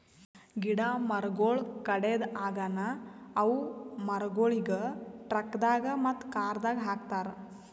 ಗಿಡ ಮರಗೊಳ್ ಕಡೆದ್ ಆಗನ ಅವು ಮರಗೊಳಿಗ್ ಟ್ರಕ್ದಾಗ್ ಮತ್ತ ಕಾರದಾಗ್ ಹಾಕತಾರ್